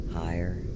higher